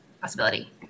possibility